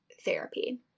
therapy